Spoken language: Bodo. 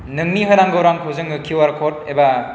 नोंनि होनांगौ रांखौ जोङो किउआर कड एबा